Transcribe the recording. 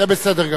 זה בסדר גמור.